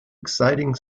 exciting